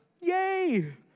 Yay